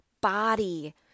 body